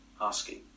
asking